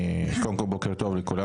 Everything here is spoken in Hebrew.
בוקר טוב לכולם,